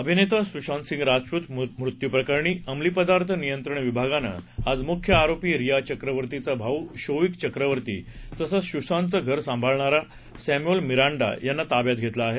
अभिनेता सुशांतसिंह राजपूत मृत्यूप्रकरणी अंमली पदार्थ नियंत्रण विभागानं आज मुख्य आरोपी रिया चक्रवर्तीचा भाऊ शोविक चक्रवर्ती तसंच सुशांतचं घर सांभाळणारा सॅम्युअल मिरांडा यांना ताव्यात घेतलं आहे